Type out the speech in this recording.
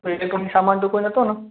કોઇ જોખમી સમાન તો કોઇ નહોતો ને